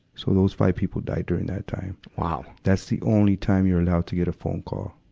so those five people died during that time. wow! that's the only time you're allowed to get a phone call.